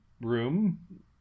room